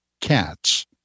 cats